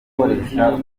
gukoresha